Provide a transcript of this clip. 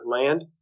land